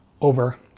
over